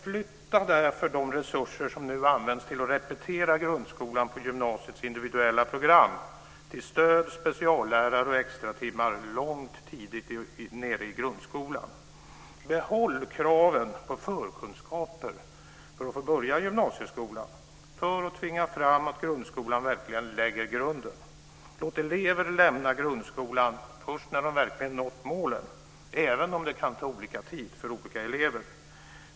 Flytta därför de resurser som nu används till att repetera grundskolan på gymnasiets individuella program till stöd, speciallärare och extratimmar långt tidigare i grundskolan. Behåll kraven på förkunskaper för att få börja gymnasieskolan, för att tvinga fram att grundskolan verkligen lägger grunden. Låt elever lämna grundskolan först när de verkligen nått målen, även om det kan ta olika lång tid för olika elever.